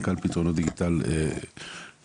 מנכ"ל פתרונות דיגיטל להציג.